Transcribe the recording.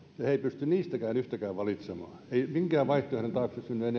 eivät niistäkään pysty yhtäkään valitsemaan ei minkään vaihtoehdon taakse synny